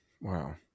wow